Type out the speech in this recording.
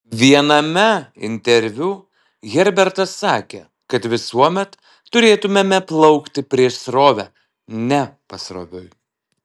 viename interviu herbertas sakė kad visuomet turėtumėme plaukti prieš srovę ne pasroviui